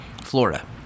Florida